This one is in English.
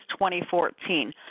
2014